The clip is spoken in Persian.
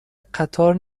قطار